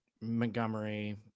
Montgomery